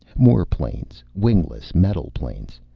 more planes, wingless metal planes.